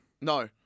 no